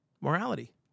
morality